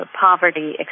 poverty